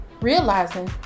realizing